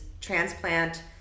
transplant